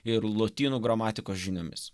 ir lotynų gramatikos žiniomis